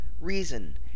reason